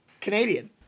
Canadian